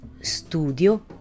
studio